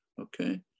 okay